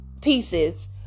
pieces